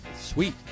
Sweet